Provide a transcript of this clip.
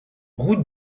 route